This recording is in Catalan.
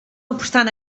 obstant